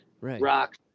rock